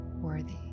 worthy